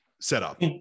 setup